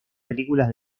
películas